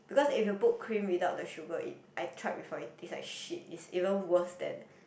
because if you put cream without the sugar it I tried before it taste like shit it's even worse than